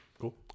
Cool